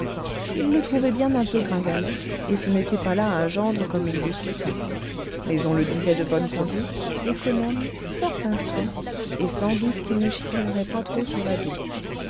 il le trouvait bien un peu gringalet et ce n'était pas là un gendre comme il l'eût souhaité mais on le disait de bonne conduite économe fort instruit et sans doute qu'il ne chicanerait pas trop sur la